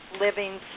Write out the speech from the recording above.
living